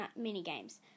minigames